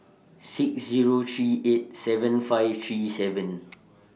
six Zero three eight seven five three seven